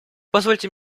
позвольте